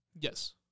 Yes